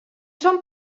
són